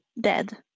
dead